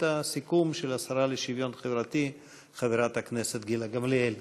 הסיכום של השרה לשוויון חברתי חברת הכנסת גילה גמליאל.